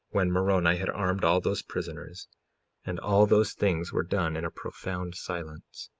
when moroni had armed all those prisoners and all those things were done in a profound silence.